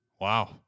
wow